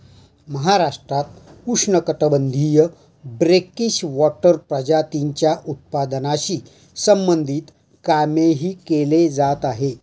महाराष्ट्रात उष्णकटिबंधीय brackish water प्रजातींच्या उत्पादनाशी संबंधित कामही केले जात आहे